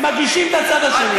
הם מגישים את הצד השני.